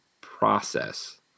process